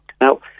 Now